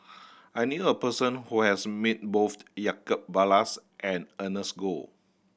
I knew a person who has met both Jacob Ballas and Ernest Goh